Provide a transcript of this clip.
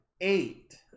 eight